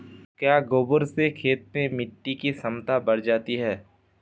क्या गोबर से खेत में मिटी की क्षमता बढ़ जाती है?